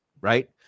right